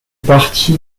parti